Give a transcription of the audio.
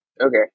Okay